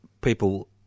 people